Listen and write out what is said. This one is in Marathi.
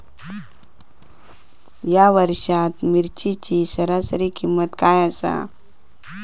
या वर्षात मिरचीची सरासरी किंमत काय आसा?